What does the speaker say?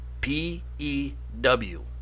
P-E-W